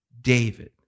David